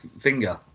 finger